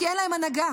כי אין להם הנהגה,